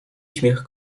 śmiech